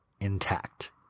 intact